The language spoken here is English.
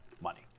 money